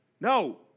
No